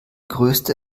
größte